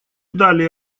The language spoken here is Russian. далее